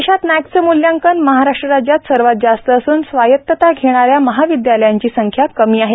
देशात नॅकचे मूल्यांकन महाराष्ट्र राज्यात सर्वात जास्त असून स्वायतता घेणाऱ्या महाविदयालयांची संख्या कमी आहे